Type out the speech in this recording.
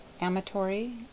amatory